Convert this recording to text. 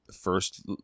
first